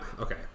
okay